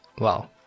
Wow